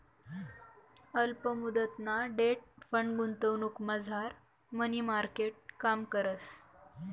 अल्प मुदतना debt fund गुंतवणुकमझार मनी मार्केट काम करस